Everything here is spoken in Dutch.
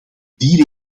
die